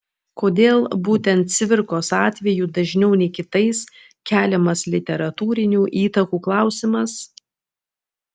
kodėl būtent cvirkos atveju dažniau nei kitais keliamas literatūrinių įtakų klausimas